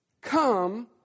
Come